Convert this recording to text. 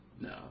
No